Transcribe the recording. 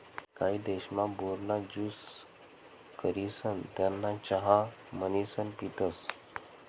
काही देशमा, बोर ना ज्यूस करिसन त्याना चहा म्हणीसन पितसं